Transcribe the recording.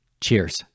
Cheers